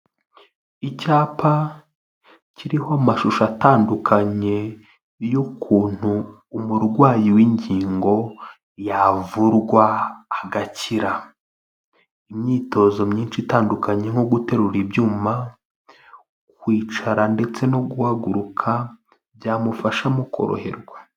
Icyapa kiriho amashusho atandukanye y'ukuntu umurwayi w'ingingo yavurwa agakira, imyitozo myinshi itandukanye nko guterura ibyuma, kwicara ndetse no guhaguruka byamufasha mu koroherwa.